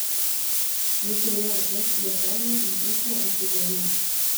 ji turėjo atvesti japoniją į ūkio atsigavimą